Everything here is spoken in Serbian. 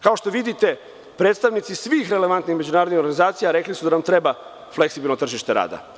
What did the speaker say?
Kao što vidite, predstavnici svih relevantnih međunarodnih organizacija su rekli da nam treba fleksibilno tržište rada.